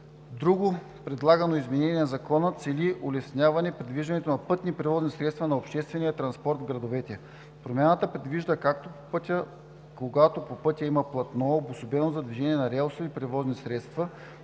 Друго предлагано изменение на Закона цели улесняване придвижването на пътни превозни средства на обществения транспорт в градовете. Промяната предвижда, когато на пътя има платно, обособено за движение на релсови превозни средства,